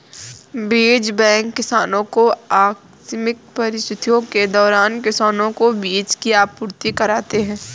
बीज बैंक किसानो को आकस्मिक परिस्थितियों के दौरान किसानो को बीज की आपूर्ति कराते है